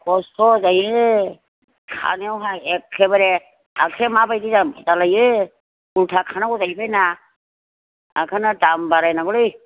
खस्त' जायो खानायावहाय एखेबारे आखाइया माबायदि जालायो मुथा खानांगौ जाहैबाय ना ओंखायनो दाम बारायनांगौलै